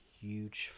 huge